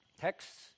Texts